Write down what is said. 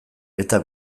eta